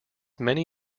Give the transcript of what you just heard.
many